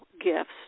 gifts